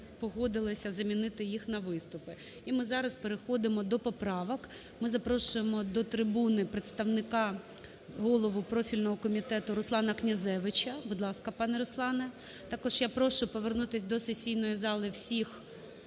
погодилися замінити їх на виступи. І ми зараз переходимо до поправок. Ми запрошуємо до трибуни представника, голову профільного комітету Руслана Князевича. Будь ласка, пане Руслане. Також я прошу повернутись до сесійної зали всіх